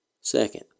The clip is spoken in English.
Second